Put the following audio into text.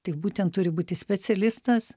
tai būtent turi būti specialistas